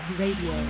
radio